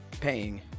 paying